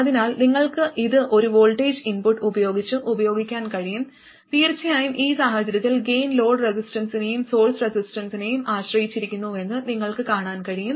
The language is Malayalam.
അതിനാൽ നിങ്ങൾക്ക് ഇത് ഒരു വോൾട്ടേജ് ഇൻപുട്ട് ഉപയോഗിച്ച് ഉപയോഗിക്കാൻ കഴിയും തീർച്ചയായും ഈ സാഹചര്യത്തിൽ ഗൈൻ ലോഡ് റെസിസ്റ്റൻസിനെയും സോഴ്സ് റെസിസ്റ്റൻസിനെയും ആശ്രയിച്ചിരിക്കുന്നുവെന്ന് നിങ്ങൾക്ക് കാണാൻ കഴിയും